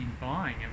buying